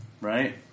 right